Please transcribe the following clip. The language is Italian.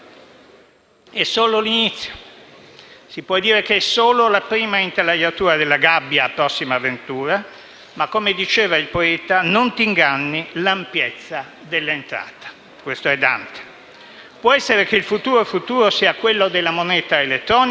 Può essere che il futuro sia quello della moneta elettronica, del *bill coin* e della non moneta, ma non può essere che il nostro presente sia quello della non proprietà.